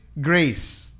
grace